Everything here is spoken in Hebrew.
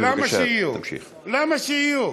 למה שיהיו?